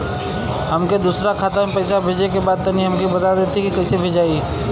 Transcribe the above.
हमके दूसरा खाता में पैसा भेजे के बा तनि हमके बता देती की कइसे भेजाई?